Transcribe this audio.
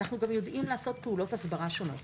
אנחנו גם יודעים לעשות פעולות הסברה שונות,